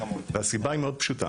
והסיבה היא מאוד פשוטה.